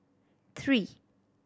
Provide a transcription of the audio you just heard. three